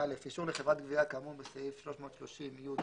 לחברת גבייה כאמור בסעיף 330י(א)